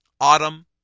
Autumn